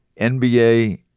NBA